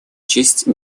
честь